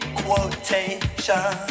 quotation